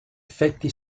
effetti